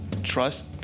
trust